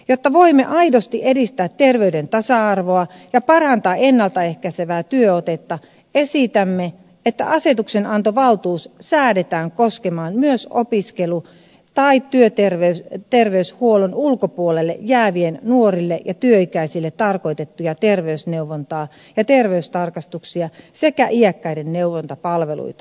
jotta voimme aidosti edistää terveyden tasa arvoa ja parantaa ennalta ehkäisevää työotetta esitämme että asetuksenantovaltuus säädetään koskemaan myös opiskelu tai työterveyshuollon ulkopuolelle jääville nuorille ja työikäisille tarkoitettua terveysneuvontaa ja terveystarkastuksia sekä iäkkäiden neuvontapalveluita